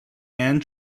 and